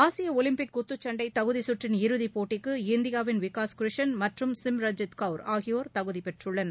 ஆசியடுலிம்பிக் குத்துச்சண்டைதகுதிகுற்றின் இறுதிபோட்டிக்கு இந்தியாவின் விகாஸ் கிருஷன் மற்றும் சிம்ரஞ்ஜித் கவுர் ஆகியோர் தகுதிபெற்றுள்ளனர்